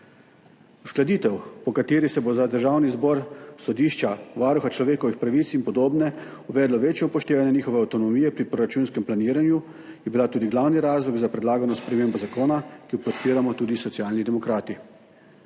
Uskladitev, po kateri se bo za Državni zbor, sodišča, Varuha človekovih pravic in podobne uvedlo večje upoštevanje njihove avtonomije pri proračunskem planiranju, je bila tudi glavni razlog za predlagano spremembo zakona, ki jo podpiramo tudi Socialni demokrati.